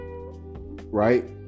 right